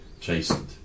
Chastened